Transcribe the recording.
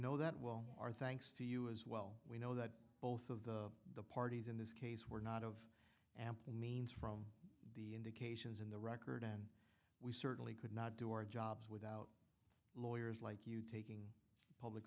know that well our thanks to you as well we know that both of the the parties in this case were not of amp means from the indications in the record and we certainly could not do our jobs without lawyers like you take public